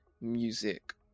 music